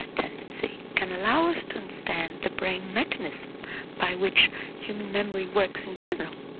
tendency can allow us to understand the brain mechanism by which human memory works in general.